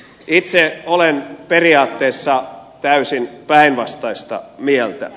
itse olen periaatteessa täysin päinvastaista mieltä